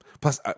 plus